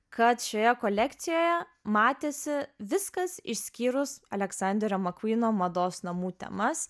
kad šioje kolekcijoje matėsi viskas išskyrus aleksanderio mcqueno mados namų temas